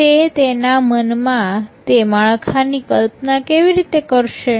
તો તે તેના મનમાં તે માળખા ની કલ્પના કેવી રીતે કરશે